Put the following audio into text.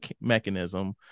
mechanism